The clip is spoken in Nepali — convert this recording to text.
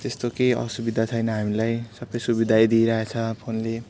त्यस्तो केही असुविधा छैन हामीलाई सबै सुविधै दिइरहेको छ फोनले